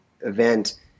event